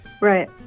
right